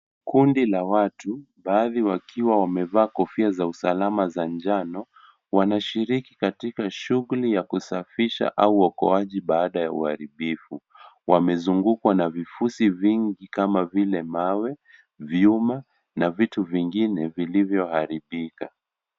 Kundi la watu baadhi wakiwa wamevaa kofia za usalama za njano wanashiriki katika shughuli ya kusafisha au uokoaji baada ya uharibifu. Wamezungukwa na vifusi vingi kama vile mawe, vyuma na vitu vingine vilivyo haribika.